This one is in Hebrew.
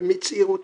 מצעירותם,